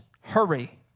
hurry